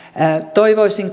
toivoisin